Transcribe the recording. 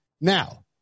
Now